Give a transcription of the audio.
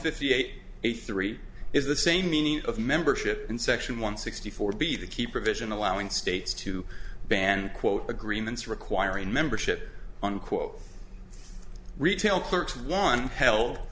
fifty eight eighty three is the same meaning of membership in section one sixty four b the key provision allowing states to ban quote agreements requiring membership unquote retail clerks one held